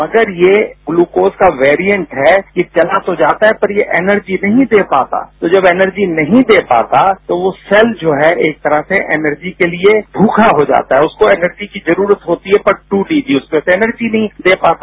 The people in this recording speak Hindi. मगर ये ग्लूकोज कावेरिएंट है ये चला तो जाता है पर ये एनर्जी नहीं दे पाता तो जब ये एनर्जी नहीं दे पातातो वो सेल जो है एक तरह से एनर्जी के लिए भूखा हो जाता है उसको एनर्जी की जरूरत होतीहै पर दू डी जी उसमें तो एनर्जी नहीं दे पाता